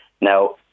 Now